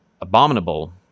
abominable